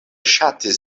ŝatis